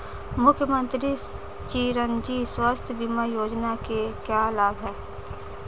मुख्यमंत्री चिरंजी स्वास्थ्य बीमा योजना के क्या लाभ हैं?